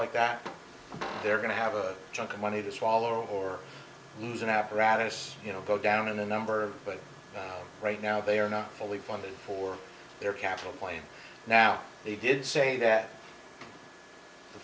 like that they're going to have a chunk of money to swallow or means an apparatus you know go down in the number but right now they are not fully funded for their capital point now they did say that the